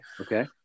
Okay